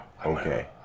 Okay